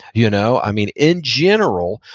you know i mean, in general,